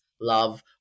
love